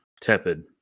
tepid